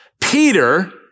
Peter